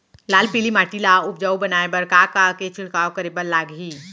लाल पीली माटी ला उपजाऊ बनाए बर का का के छिड़काव करे बर लागही?